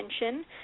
attention